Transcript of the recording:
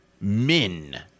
men